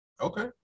Okay